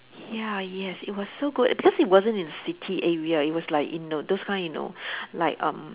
ya yes it was so good because it wasn't in city area it was like in the those kind you know like um